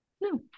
no